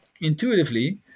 intuitively